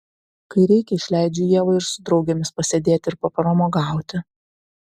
kai reikia išleidžiu ievą ir su draugėmis pasėdėti ir papramogauti